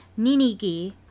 Ninigi